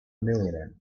millionaire